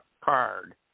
Card